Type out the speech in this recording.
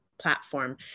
platform